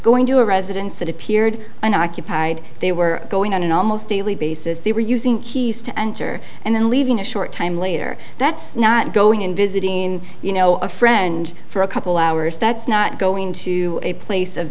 going to a residence that appeared unoccupied they were going on an almost daily basis they were using keys to enter and then leaving a short time later that's not going in visiting you know a friend for a couple hours that's not going to a place of